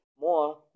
more